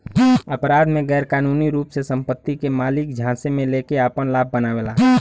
अपराध में गैरकानूनी रूप से संपत्ति के मालिक झांसे में लेके आपन लाभ बनावेला